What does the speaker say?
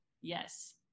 Yes